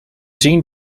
zien